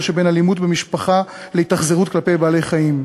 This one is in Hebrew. שבין אלימות במשפחה להתאכזרות כלפי בעלי-חיים,